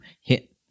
hit